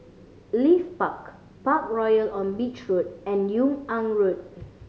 Leith Park Parkroyal on Beach Road and Yung An Road